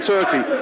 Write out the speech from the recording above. Turkey